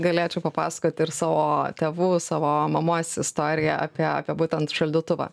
galėčiau papasakot ir savo tėvų savo mamos istoriją apie apie būtent šaldytuvą